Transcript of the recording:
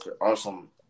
Awesome